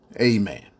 Amen